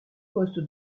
poste